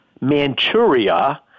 Manchuria—